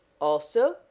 Also